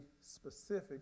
specific